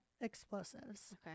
explosives